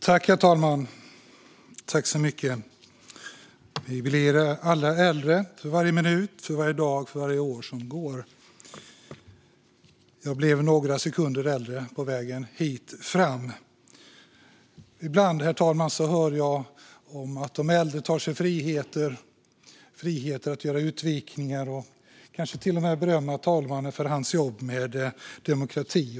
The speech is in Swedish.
Herr talman! Vi blir alla äldre för varje minut, varje dag och varje år som går. Jag blev själv några sekunder äldre på vägen hit fram. Herr talman! Ibland hör jag om att de äldre tar sig friheten att göra utvikningar och kanske till och med berömma talmannen för hans jobb med att försvara demokratin.